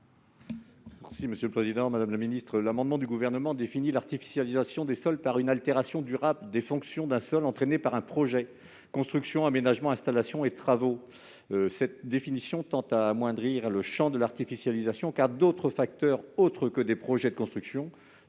: La parole est à M. Daniel Salmon. L'amendement du Gouvernement vise à définir l'artificialisation des sols par une altération durable des fonctions d'un sol entraînée par un projet de construction, d'aménagement, d'installations ou de travaux. Cette définition tend à rétrécir le champ de l'artificialisation, car d'autres facteurs, autres que des projets de construction,